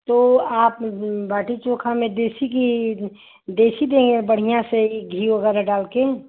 तो आप बाटी चोखा में देसी घी देसी देहीं बढ़िया से घी होगा न डाल कर